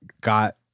got